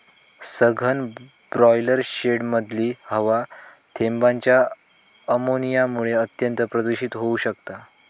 सघन ब्रॉयलर शेडमधली हवा थेंबांच्या अमोनियामुळा अत्यंत प्रदुषित होउ शकता